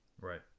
right